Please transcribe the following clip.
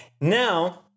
now